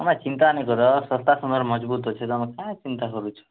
ତୁମେ ଚିନ୍ତା ନାଇଁକର ଶସ୍ତା ସୁନ୍ଦର୍ ମଜଭୁତ୍ ଅଛି ତୁମେ କାଏଁ ଚିନ୍ତା କରୁଛ